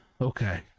okay